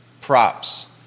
props